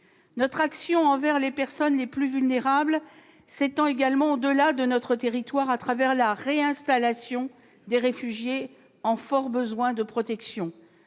Notre action envers les personnes les plus vulnérables s'étend aussi au-delà de notre territoire à travers la réinstallation des réfugiés en fort besoin de protection.